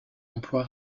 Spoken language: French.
emploi